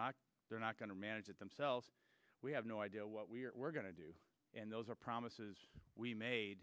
not they're not going to manage it themselves we have no idea what we are going to do and those are promises we made